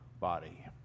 body